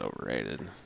overrated